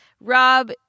Rob